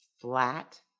flat